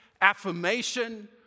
affirmation